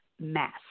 Mass